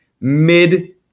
mid